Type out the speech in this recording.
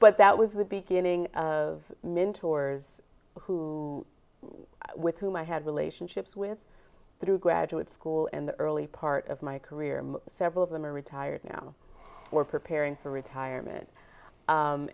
but that was the beginning of mentors who with whom i had relationships with through graduate school in the early part of my career several of them are retired now were preparing for retirement